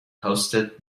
hosted